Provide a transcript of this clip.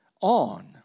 on